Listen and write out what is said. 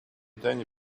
таня